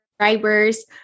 Subscribers